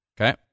okay